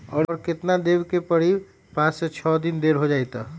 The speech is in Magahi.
और केतना देब के परी पाँच से छे दिन देर हो जाई त?